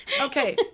Okay